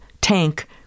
tank